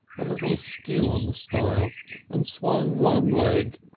a little askew on the stile and swung one leg.